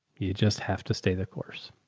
you just have to stay the course.